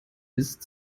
ist